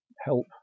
help